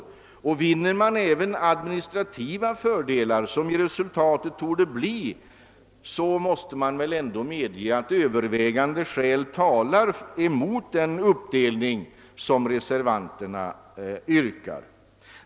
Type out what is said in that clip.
Vinner man dessutom även administrativa fördelar, som resultatet torde bli, måste väl ändå alla medge att övervägande skäl talar emot den uppdelning som reservanterna yrkar.